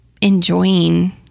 enjoying